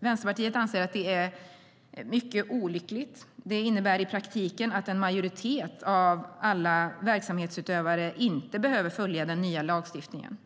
Vänsterpartiet anser att det är mycket olyckligt. Det innebär i praktiken att en majoritet av alla verksamhetsutövare inte behöver följa den nya lagstiftningen.